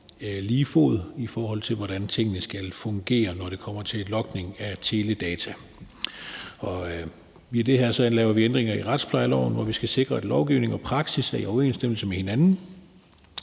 lige fod, i forhold til hvordan tingene skal fungere, når det kommer til logning af teledata. Via det her laver vi så ændringer i retsplejeloven, hvor vi skal sikre, at lovgivningen og praksis er i overensstemmelse med hinanden,